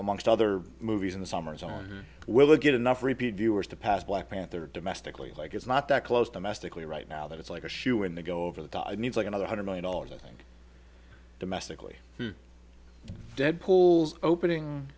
amongst other movies in the summers are well they get enough repeat viewers to pass black panther domestically like it's not that close to mystically right now that it's like a shoo in they go over the news like another hundred million dollars i think domestically dead pulls opening